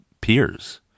peers